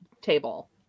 table